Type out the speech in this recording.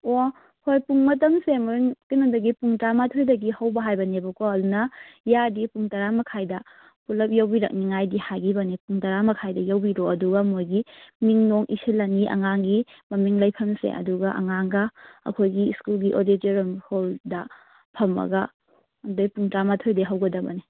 ꯑꯣ ꯍꯣꯏ ꯄꯨꯡ ꯃꯇꯝꯁꯦ ꯃꯣꯔꯟ ꯀꯩꯅꯣꯗꯒꯤ ꯄꯨꯡ ꯇꯔꯥꯃꯥꯊꯣꯏꯗꯒꯤ ꯍꯧꯅꯕ ꯍꯥꯏꯕꯅꯦꯕꯀꯣ ꯑꯗꯨꯅ ꯌꯥꯔꯗꯤ ꯄꯨꯡ ꯇꯔꯥꯃꯈꯥꯏꯗ ꯄꯨꯂꯞ ꯌꯧꯕꯤꯔꯛꯅꯕꯗꯤ ꯍꯥꯏꯈꯤꯕꯅꯤ ꯄꯨꯡ ꯇꯔꯥꯃꯈꯥꯏꯗ ꯌꯧꯕꯤꯔꯣ ꯑꯗꯨꯒ ꯃꯣꯏꯒꯤ ꯃꯤꯡ ꯅꯨꯡ ꯏꯁꯤꯜꯂꯅꯤ ꯑꯉꯥꯡꯒꯤ ꯃꯃꯤꯡ ꯂꯩꯐꯝꯁꯦ ꯑꯗꯨꯒ ꯑꯉꯥꯡꯒ ꯑꯈꯣꯏꯒꯤ ꯏꯁꯀꯨꯜꯒꯤ ꯑꯣꯗꯤꯇꯣꯔꯤꯌꯝ ꯍꯣꯜꯗ ꯐꯝꯃꯒ ꯑꯗꯨꯒꯩ ꯄꯨꯡ ꯇꯔꯥꯃꯥꯊꯣꯏꯗꯩ ꯍꯧꯒꯗꯕꯅꯤ